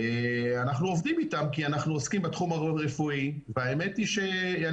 אנחנו עובדים איתם כי אנחנו עוסקים בתחום הרפואי והאמת ששקלתי